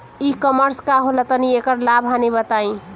ई कॉमर्स का होला तनि एकर लाभ हानि बताई?